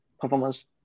performance